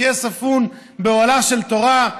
שיהיה ספון באוהלה של תורה.